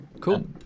cool